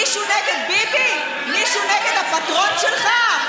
מישהו נגד ביבי, מישהו נגד הפטרון שלך?